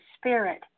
Spirit